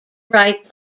write